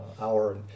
hour